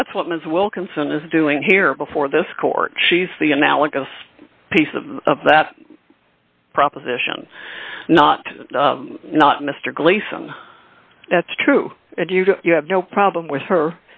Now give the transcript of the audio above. well that's what ms wilkinson is doing here before this court she's the analogous piece of that proposition not not mr gleason that's true and you know you have no problem with her